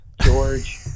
George